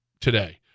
today